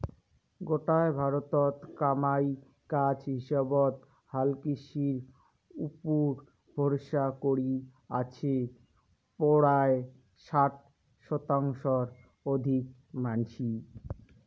গোটায় ভারতত কামাই কাজ হিসাবত হালকৃষির উপুরা ভরসা করি আছে পরায় ষাট শতাংশর অধিক মানষি